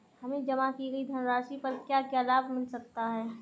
हमें जमा की गई धनराशि पर क्या क्या लाभ मिल सकता है?